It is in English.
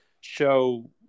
show